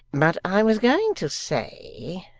but i was going to say,